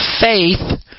Faith